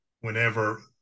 whenever